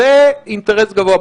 זה אינטרס גבוה,